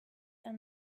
and